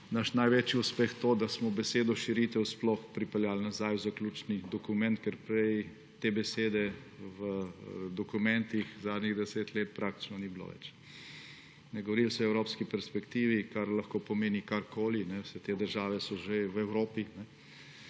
naš največji uspeh to, da smo besedo širitev sploh pripeljali nazaj v zaključni dokument, ker prej te besede v dokumentih zadnjih deset let praktično ni bilo več. Govorilo se je o evropski perspektivi, kar lahko pomeni karkoli, vse te države so že v Evropi,